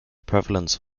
prevalence